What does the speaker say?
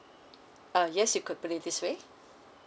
uh yes you could put it this way